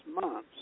months